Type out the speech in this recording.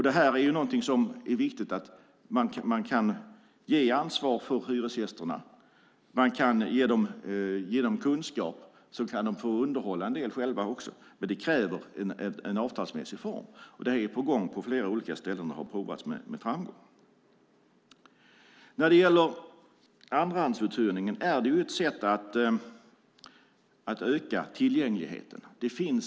Det är viktigt att man kan ge ansvar till hyresgästerna, och man kan ge dem kunskap, så kan de också få underhålla en del själva. Men det kräver en avtalsmässig form, och det är på gång på flera olika ställen och har påbörjats med framgång. Andrahandsuthyrning är ett sätt att öka tillgängligheten.